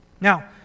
Now